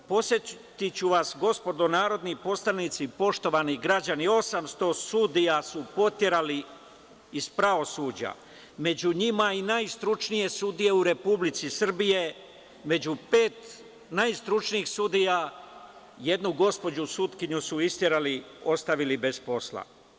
Podsetiću vas, gospodo narodni poslanici i poštovani građani, 800 sudija su proterali iz pravosuđa, među njima i najstručnije sudije u Republici Srbije, među pet najstručnijih sudija jednu gospođu sudkinju su isterali, ostavili bez posla.